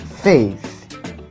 faith